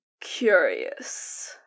curious